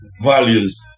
values